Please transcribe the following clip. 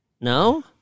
No